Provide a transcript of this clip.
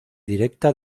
directa